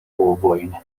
ovojn